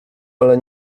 ale